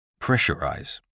Pressurize